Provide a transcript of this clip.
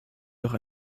doch